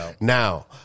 Now